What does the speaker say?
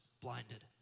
blinded